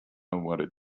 wanted